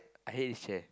I hate this chair